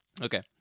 Okay